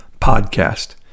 podcast